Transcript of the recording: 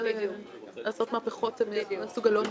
לא מהסמינרים,